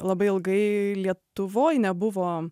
labai ilgai lietuvoj nebuvo